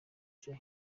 jay